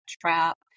trap